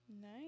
Nice